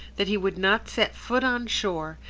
that he would not set foot on shore,